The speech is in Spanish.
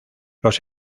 los